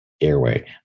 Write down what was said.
airway